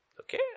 okay